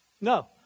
No